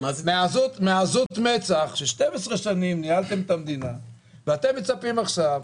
מעזות המצח ש-12 שנים ניהלתם את המדינה ואתם מצפים עכשיו,